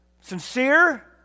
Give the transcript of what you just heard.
sincere